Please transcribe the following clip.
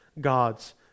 God's